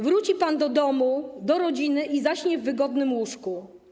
Wróci pan do domu, do rodziny i zaśnie w wygodnym łóżku.